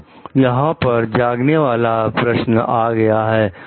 तो यहां पर जागने वाला एक प्रश्न आ गया है